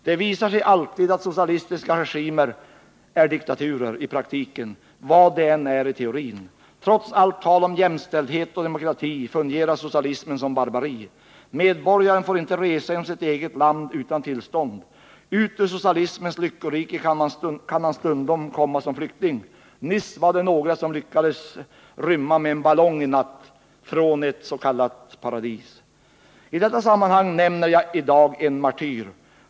Det visar sig alltid att socialistiska regimer i praktiken är diktaturer — vad de än är i teorin. Trots allt tal om jämställdhet och demokrati fungerar socialismen som barbari. Medborgaren får inte resa inom sitt eget land utan tillstånd. Ut ur socialismens lyckorike kan han stundom komma som flykting. Nyss lyckades några en natt rymma med en ballong från ett s.k. paradis. I detta sammanhang nämner jag i dag en martyr.